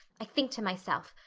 i think to myself,